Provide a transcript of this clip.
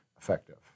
effective